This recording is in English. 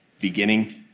beginning